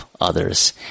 others